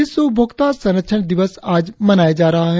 विश्व उपभोक्ता संरक्षण दिवस आज मनाया जा रहा है